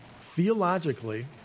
theologically